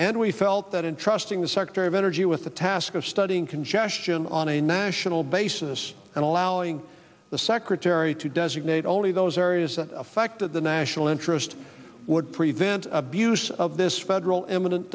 and we felt that in trusting the secretary of energy with the task of studying congestion on a national basis and allowing the secretary to designate only those areas affected the national interest would prevent abuse of this federal eminent